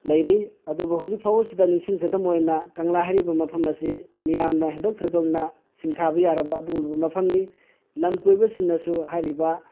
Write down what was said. ꯂꯩꯔꯤ ꯑꯗꯨꯕꯨ ꯍꯧꯖꯤꯛꯐꯥꯎꯕꯁꯤꯗ ꯅꯤꯡꯁꯤꯡ ꯈꯨꯗꯝ ꯑꯣꯏꯅ ꯀꯪꯂꯥ ꯍꯥꯏꯔꯤꯕ ꯃꯐꯝ ꯑꯁꯤ ꯃꯤꯌꯥꯝꯅ ꯍꯦꯟꯗꯣꯛ ꯊꯣꯏꯗꯣꯛꯅ ꯁꯤꯟꯊꯥꯕ ꯌꯥꯔꯕ ꯑꯗꯨꯒꯨꯝꯂꯕ ꯃꯐꯝꯅꯤ ꯂꯝ ꯀꯣꯏꯕ ꯁꯤꯡꯅꯁꯨ ꯍꯥꯏꯔꯤꯕ